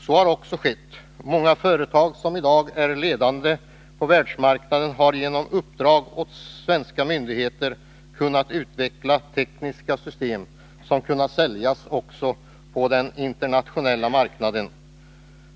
Så har också skett. Många företag som i dag är ledande på världsmarknaden har genom uppdrag åt svenska myndigheter kunnat utveckla tekniska system, som kunnat säljas också på den internationella marknaden.